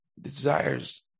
desires